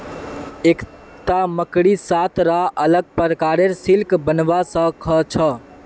एकता मकड़ी सात रा अलग प्रकारेर सिल्क बनव्वा स ख छ